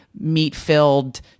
meat-filled